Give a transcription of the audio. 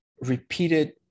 repeated